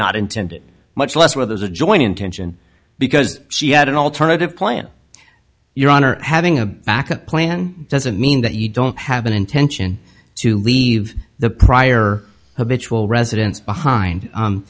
not intend it much less where there's a joint intention because she had an alternative plan your honor having a backup plan doesn't mean that you don't have an intention to leave the prior habitual residence behind